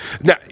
Now